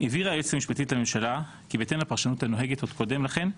הבהירה היועצת המשפטית לממשלה כי בהתאם לפרשנות הנוהגת עוד קודם לכן,